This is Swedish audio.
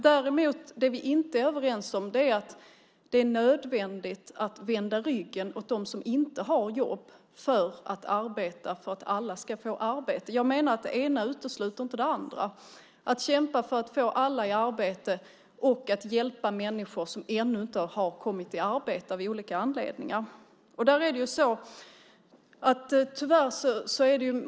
Det vi inte är överens om är att det är nödvändigt att vända ryggen åt dem som inte har jobb för att arbeta för att alla ska få arbete. Jag menar att det ena inte utesluter det andra - att kämpa för att få alla i arbete och att hjälpa människor som av olika anledningar ännu inte har kommit i arbete.